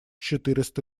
четыреста